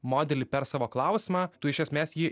modelį per savo klausimą tu iš esmės jį